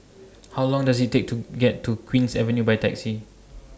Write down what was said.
How Long Does IT Take to get to Queen's Avenue By Taxi